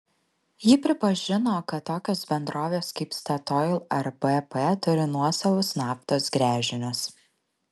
ji pripažino kad tokios bendrovės kaip statoil ar bp turi nuosavus naftos gręžinius